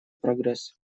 прогресс